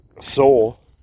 soul